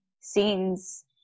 scenes